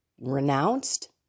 renounced